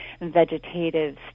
vegetative